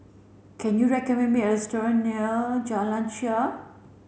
can you recommend me a restaurant near Jalan Shaer